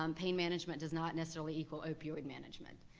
um pain management does not necessarily equal opioid management.